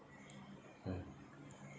mm